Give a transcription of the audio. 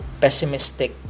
pessimistic